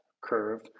curve